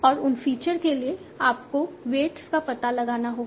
और उन फीचर के लिए आपको वेट्स का पता लगाना होगा